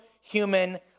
human